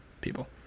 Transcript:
people